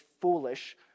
foolish